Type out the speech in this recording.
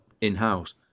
in-house